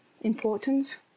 importance